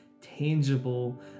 tangible